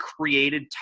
created